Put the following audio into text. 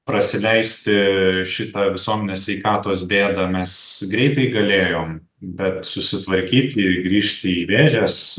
prasileisti šitą visuomenės sveikatos bėdą mes greitai galėjom bet susitvarkytiir grįžti į vėžes